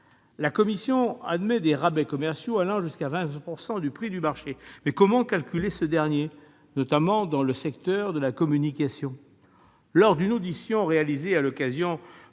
La CNCCFP admet des rabais commerciaux allant jusqu'à 20 % du prix du marché. Mais comment calculer ce dernier, notamment dans le secteur de la communication ?